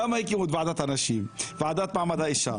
למה הקימו את הוועדה למעמד האישה?